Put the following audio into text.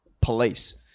police